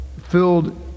filled